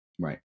Right